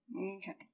Okay